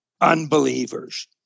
unbelievers